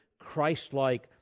Christ-like